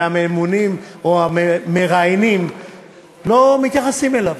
והממונים או המראיינים לא מתייחסים אליו.